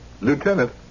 Lieutenant